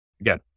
again